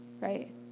right